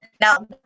Now